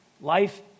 life